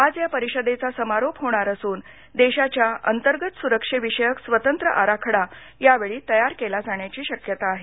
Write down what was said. आज या परिषदेचा समारोप होणार असून देशाच्या अंतर्गत सुरक्षेविषयक स्वतंत्र आराखडा या वेळी तयार केला जाण्याची शक्यता आहे